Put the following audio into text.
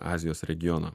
azijos regioną